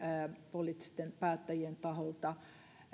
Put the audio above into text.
poliittisten päättäjien taholta